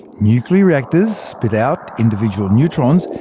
nuclear reactors spit out individual neutrons.